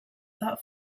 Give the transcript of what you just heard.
that